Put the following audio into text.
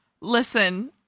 Listen